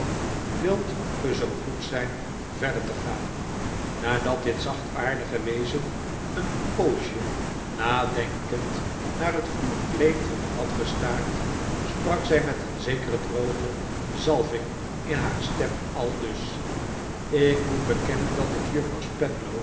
wilt ge zoo goed zijn verder te gaan nadat dit zachtaardige wezen een poosje nadenkend naar het vloerkleed had gestaard sprak zij met een zekere droge zalving in haar stem aldus ik moet bekennen dat ik juffrouw spenlow